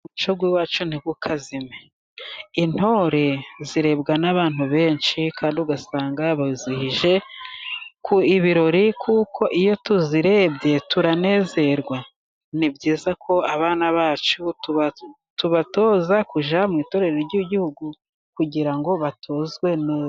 Umuco wacu ntukazime, intore zirebwa n'abantu benshi kandi ugasanga zizihije ku ibirori kuko iyo tuzirebye turanezerwa ni byiza ko abana bacu tubatoza kujya mu itorero ry'igihugu kugira ngo batuzwe neza.